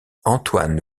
antoine